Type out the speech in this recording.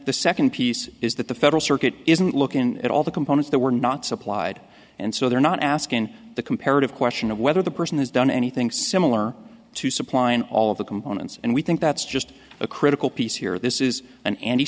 the second piece is that the federal circuit isn't looking at all the components that were not supplied and so they're not asking the comparative question of whether the person has done anything similar to supplying all of the components and we think that's just a critical piece here this is an anti